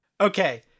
Okay